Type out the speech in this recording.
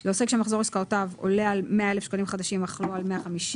ממחזור עסקאותיו בחודשי מקבילים בשנת 2019 בתקופה מאוחרת יותר".